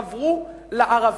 חברו לערבים,